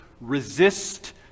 resist